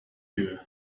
you